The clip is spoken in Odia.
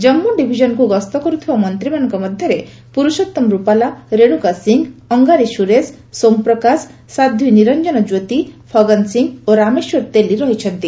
ଜାମ୍ଗୁ ଡିଭିଜନକୁ ଗସ୍ତ କରୁଥିବା ମନ୍ତ୍ରୀମାନଙ୍କ ମଧ୍ୟରେ ପୁରୁଷୋତ୍ତମ ରୁପାଲା ରେଣୁକା ସିଂ ଅଙ୍ଗାରୀ ସୁରେଶ ସୋମ ପ୍ରକାଶ ସାଧ୍ପୀ ନିରଞ୍ଜନ ଜ୍ୟୋତି ଫଗନ ସିଂ ଓ ରାମେଶ୍ୱର ତେଲି ରହିଛନ୍ତି